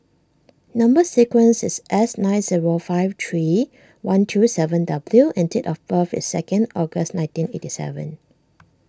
Number Sequence is S nine zero five three one two seven W and date of birth is second August nineteen eighty seven